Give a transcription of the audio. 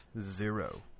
Zero